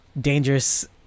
dangerous